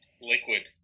liquid